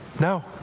No